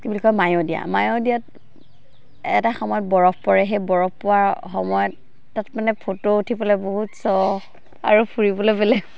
কি বুলি কয় মায়'দিয়া মায়'দিয়াত এটা সময়ত বৰফ পৰে সেই বৰফ পৰাৰ সময়ত তাত মানে ফটো উঠিবলৈ বহুত চখ আৰু ফুৰিবলৈ মানে